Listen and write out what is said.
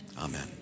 Amen